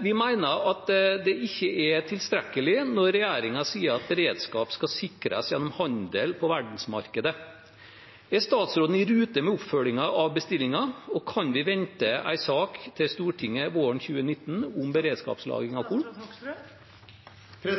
Vi mener at det ikke er tilstrekkelig at regjeringen sier at beredskap skal sikres gjennom handel på verdensmarkedet. Er statsråden i rute med oppfølgingen av bestillingen? Kan vi vente en sak til Stortinget våren 2019 om beredskapslagring av korn? Det